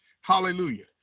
Hallelujah